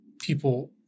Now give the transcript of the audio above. people